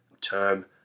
term